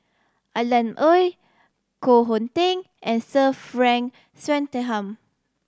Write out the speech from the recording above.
Alan Oei Koh Hong Teng and Sir Frank Swettenham